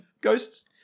ghosts